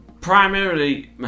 Primarily